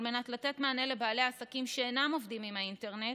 על מנת לתת מענה לבעלי עסקים שאינם עובדים עם האינטרנט.